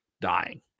dying